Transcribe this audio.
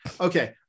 okay